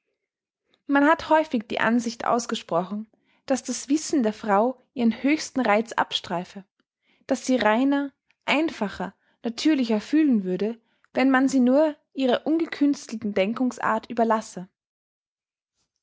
man hat häufig die ansicht ausgesprochen daß das wissen der frau ihren höchsten reiz abstreife daß sie reiner einfacher natürlicher fühlen würde wenn man sie nur ihrer ungekünstelten denkungsart überlasse